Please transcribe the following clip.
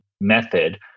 method